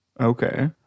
Okay